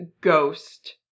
ghost